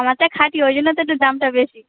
আমারটা খাঁটি ওই জন্যে তো একটু দামটা বেশি